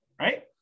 right